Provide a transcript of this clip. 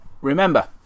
Remember